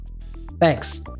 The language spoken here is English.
Thanks